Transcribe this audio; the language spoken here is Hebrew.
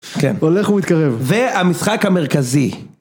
כן. הולך ומתקרב. והמשחק המרכזי.